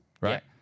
right